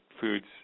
foods